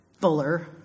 Fuller